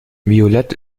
violett